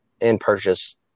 in-purchase